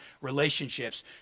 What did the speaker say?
relationships